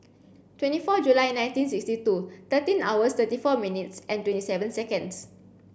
twenty four July nineteen sixty two thirteen hours thirty four minutes and twenty seven seconds